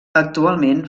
actualment